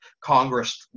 Congress